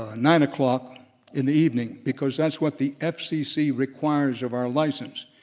ah nine o'clock in the evening because that's what the fcc requires of our license.